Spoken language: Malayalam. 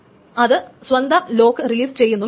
അത് സ്വന്തം ലോക്ക് റിലീസ് ചെയ്യുന്നുമില്ല